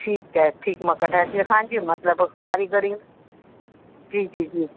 ठीकु आहे ठीकु मां कढाए थी रखां जी मतिलबु कारीगर ई जी जी जी